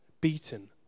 beaten